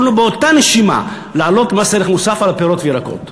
יכולנו באותה נשימה להעלות את מס הערך המוסף על הפירות והירקות,